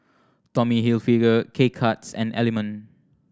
Tommy Hilfiger K Cuts and Element